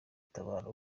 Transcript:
gutabara